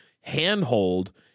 handhold